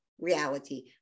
reality